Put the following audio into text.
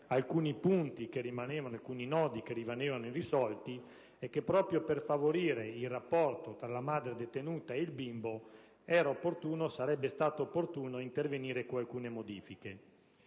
alcuni nodi che rimanevano irrisolti e che, proprio per favorire i rapporti tra la madre detenuta e il bimbo, sarebbe stato opportuno intervenire con alcune modifiche.